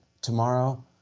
tomorrow